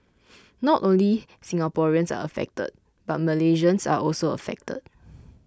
not only Singaporeans are affected but Malaysians are also affected